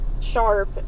sharp